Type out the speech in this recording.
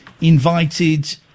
invited